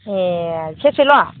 एह सेरसेल'